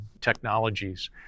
technologies